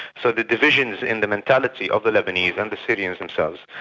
so the divisions in the mentality of the lebanese and the syrians themselves,